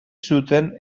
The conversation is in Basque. zuten